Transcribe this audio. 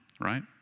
right